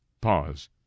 pause